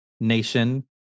nation